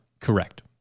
Correct